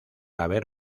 haber